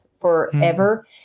forever